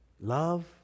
love